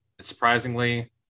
surprisingly